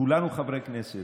כולנו חברי כנסת,